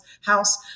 House